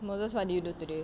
moses what did you do today